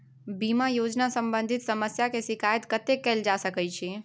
बीमा योजना सम्बंधित समस्या के शिकायत कत्ते कैल जा सकै छी?